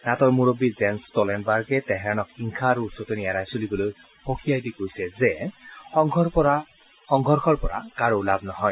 নাটোৰ মুৰববী জেন্স ষ্টলটেনবাৰ্গে তেহৰানক হিংসা আৰু উচতনি এৰাই চলিবলৈ সকীয়াই দি কৈছে যে সংঘৰ্ষৰ পৰা কোৰো লাভ নহয়